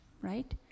right